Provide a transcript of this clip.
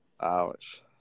Ouch